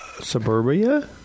Suburbia